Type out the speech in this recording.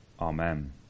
Amen